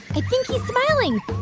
i think he's smiling.